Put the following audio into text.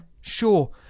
sure